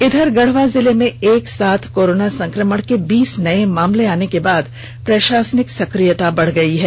इधर गढ़वा जिले में एक साथ कोरोना संक्रमण के बीस नए मामले आने के बाद प्रषासनिक सक्रियता बढ़ गई है